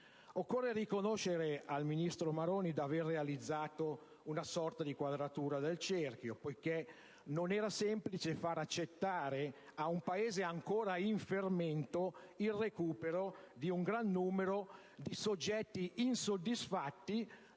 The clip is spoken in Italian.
Occorre riconoscere al ministro Maroni di aver realizzato una sorta di quadratura del cerchio, poiché non era semplice far accettare a un Paese ancora in fermento il recupero di un gran numero di soggetti insoddisfatti,